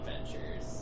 adventures